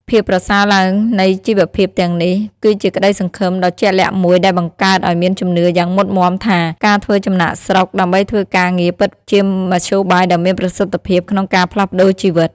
ភាពប្រសើរឡើងនៃជីវភាពទាំងនេះ គឺជាក្តីសង្ឃឹមដ៏ជាក់លាក់មួយដែលបង្កើតឱ្យមានជំនឿយ៉ាងមុតមាំថា ការធ្វើចំណាកស្រុកដើម្បីធ្វើការងារពិតជាមធ្យោបាយដ៏មានប្រសិទ្ធភាពក្នុងការផ្លាស់ប្តូរជីវិត។